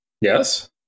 Yes